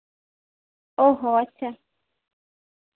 ᱚᱸᱻ ᱦᱚᱸ ᱟᱪᱪᱷᱟ